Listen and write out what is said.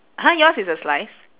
!huh! yours is a slice